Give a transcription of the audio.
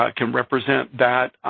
ah can represent that